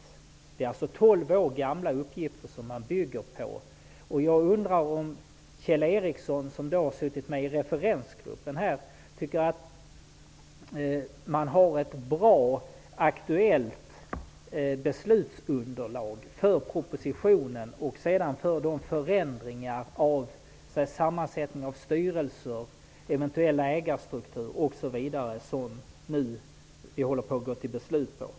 Man bygger således på tolv år gamla uppgifter. Jag undrar om Kjell Ericsson, som har suttit med i referensgruppen, tycker att man har ett bra och aktuellt beslutsunderlag för propositionen och de förändringar av styrelsernas sammansättning, eventuell ägarstruktur m.m. som vi nu håller på att gå till beslut om.